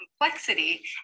complexity